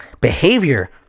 behavior